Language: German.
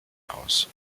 aus